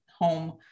home